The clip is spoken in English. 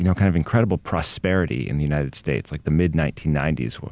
you know kind of, incredible prosperity in the united states, like the mid nineteen ninety s.